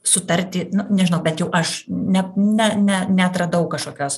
sutarti nežinau bent jau aš ne ne ne neatradau kažkokios